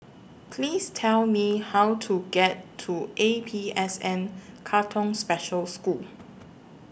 Please Tell Me How to get to A P S N Katong Special School